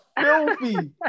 filthy